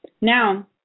Now